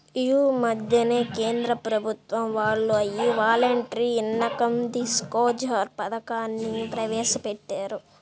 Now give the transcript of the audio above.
యీ మద్దెనే కేంద్ర ప్రభుత్వం వాళ్ళు యీ వాలంటరీ ఇన్కం డిస్క్లోజర్ పథకాన్ని ప్రవేశపెట్టారు